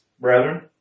brethren